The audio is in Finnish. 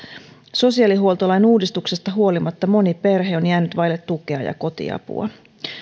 sosiaalihuoltolain uudistuksesta huolimatta moni perhe on jäänyt vaille tukea ja kotiapua